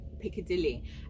Piccadilly